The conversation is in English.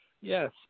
Yes